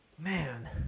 Man